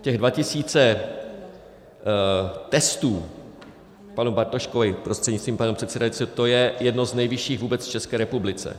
Ty 2 tisíce testů, k panu Bartoškovi prostřednictvím pana předsedajícího, to je jedno z nejvyšších vůbec v České republice.